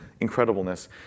incredibleness